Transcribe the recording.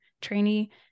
trainee